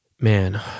man